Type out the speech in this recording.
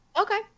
Okay